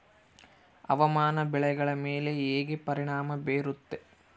ಹವಾಮಾನ ಬೆಳೆಗಳ ಮೇಲೆ ಹೇಗೆ ಪರಿಣಾಮ ಬೇರುತ್ತೆ?